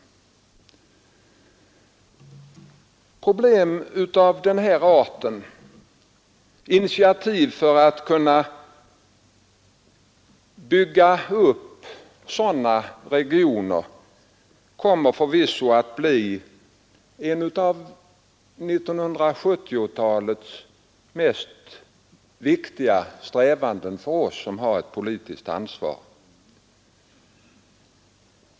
Problem av denna art, initiativ för att kunna bygga upp sådana regioner, kommer förvisso att bli en av 1970-talets viktigaste strävanden för oss som har ett politiskt ansvar.